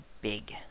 Big